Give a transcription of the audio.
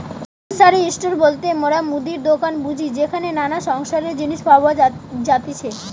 grocery store বলতে মোরা মুদির দোকান বুঝি যেখানে নানা সংসারের জিনিস পাওয়া যাতিছে